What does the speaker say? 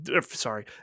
sorry